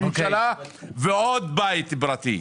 ועוד בית פרטי.